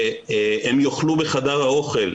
הם יאכלו בחדר האוכל.